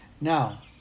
Now